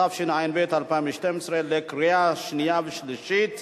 התשע"ב 2012, עברה בקריאה שלישית,